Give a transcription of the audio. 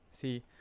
see